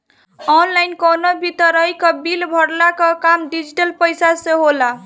online कवनो भी तरही कअ बिल भरला कअ काम डिजिटल पईसा से होला